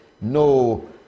No